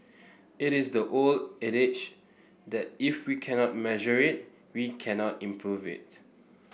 it is the old adage that if we cannot measure it we cannot improve it